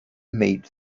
meet